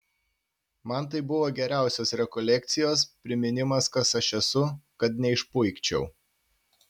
man tai buvo geriausios rekolekcijos priminimas kas aš esu kad neišpuikčiau